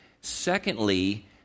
Secondly